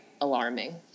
alarming